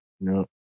No